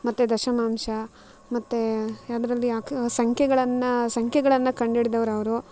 ಮತ್ತು ದಶಮಾಂಶ ಮತ್ತು ಆದರಲ್ಲಿ ಆ ಸಂಖ್ಯೆಗಳನ್ನ ಸಂಖ್ಯೆಗಳನ್ನ ಕಂಡು ಹಿಡ್ದವ್ರ್ ಅವರು